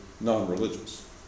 non-religious